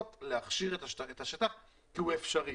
להכשיר את השטח כי זה אפשרי.